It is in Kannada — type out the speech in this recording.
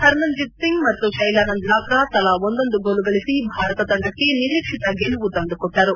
ಹರ್ಮನ್ಜೀತ್ ಸಿಂಗ್ ಮತ್ತು ಶೈಲಾನಂದ್ ಲಾಕ್ರಾ ತಲಾ ಒಂದೊಂದು ಗೋಲು ಗಳಿಸಿ ಭಾರತ ತಂಡಕ್ಕೆ ನಿರೀಕ್ಷಿತ ಗೆಲುವು ತಂದುಕೊಟ್ಟರು